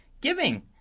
giving